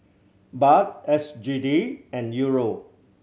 Baht S G D and Euro